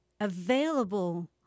available